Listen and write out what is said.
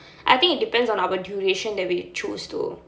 I think it depends on our duration that we choose though